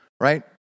right